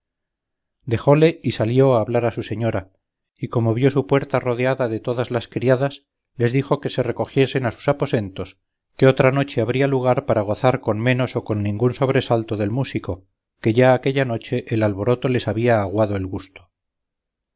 dejóle y salió a hablar a su señora y como vio su puerta rodeada de todas las criadas les dijo que se recogiesen a sus aposentos que otra noche habría lugar para gozar con menos o con ningún sobresalto del músico que ya aquella noche el alboroto les había aguado el gusto